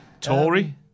Tory